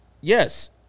yes